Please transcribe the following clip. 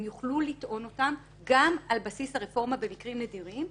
הם יוכלו לטעון אותם גם על בסיס הרפורמה במקרים נדירים.